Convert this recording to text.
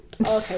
okay